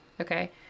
Okay